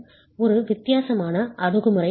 ஒரு வித்தியாசமான அணுகுமுறை ஆகும்